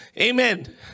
Amen